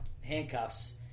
handcuffs